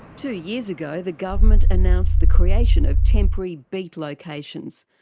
two years ago the government announced the creation of temporary beat locations.